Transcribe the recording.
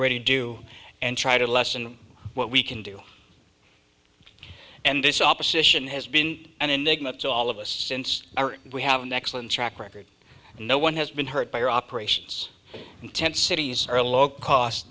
ready to do and try to lessen what we can do and this opposition has been an enigma to all of us since we have an excellent track record and no one has been hurt by our operations in tent cities or low cost